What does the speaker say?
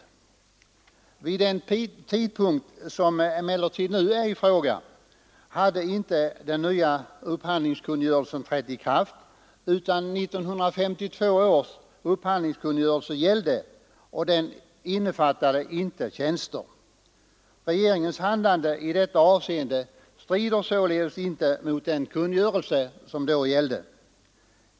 Vid den tidpunkt som nu är i fråga hade den nya upphandlingskungörelsen emellertid inte trätt i kraft, utan 1952 års upphandlingskungörelse gällde och den innefattade inte tjänster. Regeringens handlande i detta avseende strider således inte mot den kungörelse som då gällde.